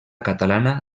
catalana